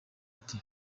ati